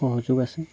সহযোগ আছে